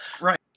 Right